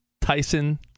Tyson